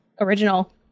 original